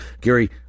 Gary